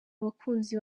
abakunzi